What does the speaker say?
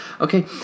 okay